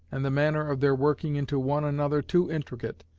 and the manner of their working into one another too intricate,